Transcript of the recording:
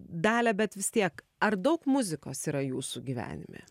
dalia bet vis tiek ar daug muzikos yra jūsų gyvenime